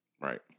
Right